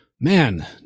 man